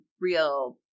real